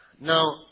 Now